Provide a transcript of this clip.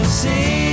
see